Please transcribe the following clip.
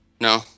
No